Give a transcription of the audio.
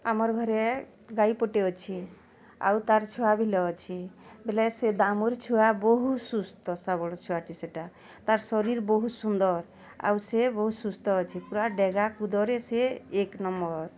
ଆମର୍ ଘରେ ଗାଈ ପଟେ ଅଛି ଆଉ ତା'ର୍ ଛୁଆ ବିଲ ଅଛି ବେଲେ ସେ ଦାମୁର୍ ଛୁଆ ବହୁତ୍ ସୁସ୍ଥ ସବଳ ଛୁଆଟି ସେଟା ତାର୍ ଶରୀର୍ ବହୁତ୍ ସୁନ୍ଦର୍ ଆଉ ସେ ବହୁତ୍ ସୁସ୍ଥ ଅଛି ପୁରା ଡ଼େଗା କୁଦରେ ସିଏ ଏକ୍ ନମ୍ବର୍